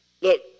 Look